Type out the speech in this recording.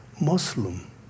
Muslim